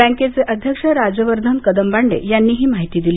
बँकेचे अध्यक्ष राजवर्धन कदमबांडे यांनी ही माहिती दिली